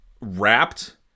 wrapped